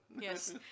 Yes